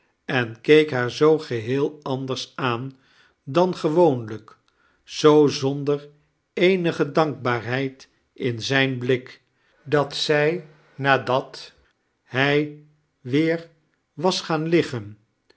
en keek haar zoo geheel anders aan dan gewoonlijk zoo zonder eenige dankbaarheid in zijn blik dat zij nadat hij weer was gaan liggen